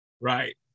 Right